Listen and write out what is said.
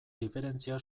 diferentzia